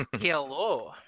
Hello